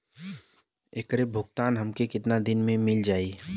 ऐकर भुगतान हमके कितना दिन में मील जाई?